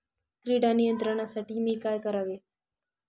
कीड नियंत्रणासाठी काय करावे?